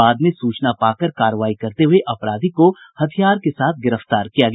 बाद में सूचना पाकर कार्रवाई करते हुये अपराधी को हथियार के साथ गिरफ्तार किया गया